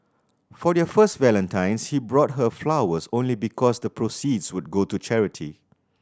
for their first Valentine's he bought her flowers only because the proceeds would go to charity